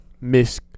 Miss